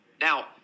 Now